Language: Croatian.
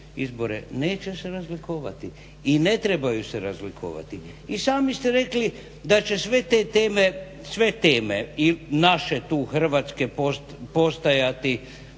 izbore neće se razlikovati i ne trebaju se razlikovati. I sami ste rekli da će sve te teme, sve teme i naše tu hrvatske postajati